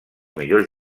millors